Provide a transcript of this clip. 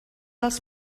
els